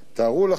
תארו לכם,